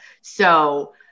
So-